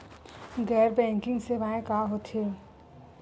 गैर बैंकिंग सेवाएं का होथे?